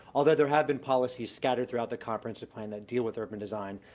although there have been policies scattered throughout the comprehensive plan that deal with urban design,